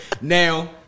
Now